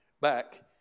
back